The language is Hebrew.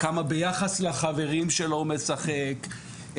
כמה ביחס לחברים שלו הוא משחק.